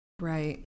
Right